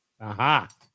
Aha